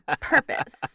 purpose